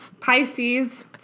Pisces